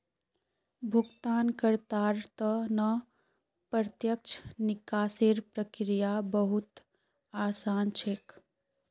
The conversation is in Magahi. भुगतानकर्तार त न प्रत्यक्ष निकासीर प्रक्रिया बहु त आसान छेक